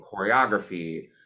choreography